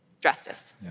justice